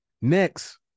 Next